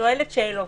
שואלת שאלות.